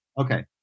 Okay